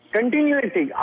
Continuity